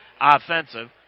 offensive